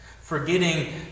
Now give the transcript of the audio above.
forgetting